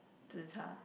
zi-char